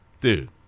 dude